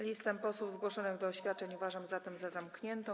Listę posłów zgłoszonych do oświadczeń uważam zatem za zamkniętą.